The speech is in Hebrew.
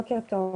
בוקר טוב.